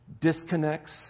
disconnects